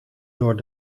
door